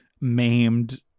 maimed